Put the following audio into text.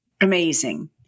Amazing